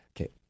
okay